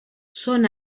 són